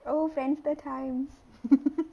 oh Friendster times